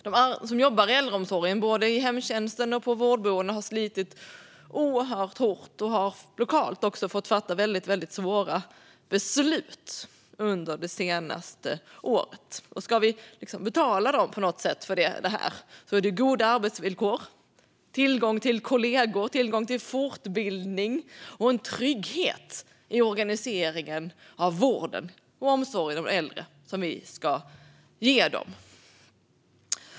De som jobbar i äldreomsorgen, både i hemtjänsten och på vårdboenden, har slitit oerhört hårt och har lokalt också fått fatta väldigt svåra beslut under det senaste året. Ska vi på något sätt betala dem för det är det goda arbetsvillkor, tillgång till kollegor, tillgång till fortbildning och en trygghet i organiseringen av vården och omsorgen om de äldre som vi ska ge dem.